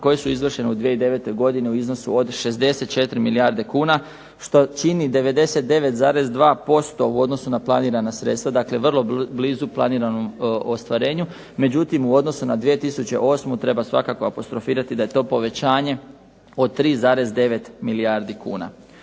koje su izvršene u 2009. godini u iznosu od 64 milijarde kuna što čini 99,2% u odnosu na planirana sredstva dakle vrlo blizu planiranom ostvarenju, međutim, u odnosu na 2008. treba svakako apostrofirati da je to povećanje od 3,9 milijardi kuna.